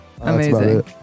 amazing